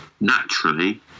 naturally